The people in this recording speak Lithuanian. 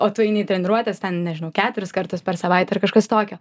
o tu eini į treniruotes ten nežinau keturis kartus per savaitę ar kažkas tokio